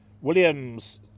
William's